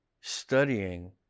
studying